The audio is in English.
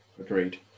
agreed